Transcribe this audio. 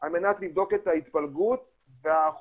על מנת לבדוק את ההתפלגות והאחוזים,